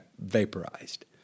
vaporized